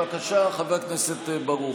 בבקשה, חבר הכנסת ברוכי.